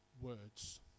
words